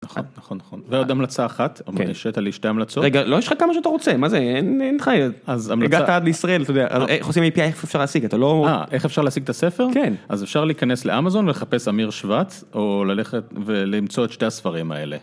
נכון נכון נכון ועוד המלצה אחת אבל הרשית לי שתי המלצות. רגע, לא, יש לך כמה שאתה רוצה. מה זה אין לך... אם הגעת עד לישראל אתה יודע איך אפשר להשיג את איך עושים API. איך אפשר להשיג את הספר? כן. אז אפשר להיכנס לאמזון לחפש אמיר שבט או ללכת ולמצוא את שתי הספרים האלה.